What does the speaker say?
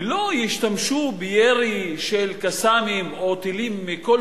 ולא ישתמשו בירי של "קסאמים" או טילים מכל